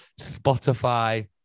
Spotify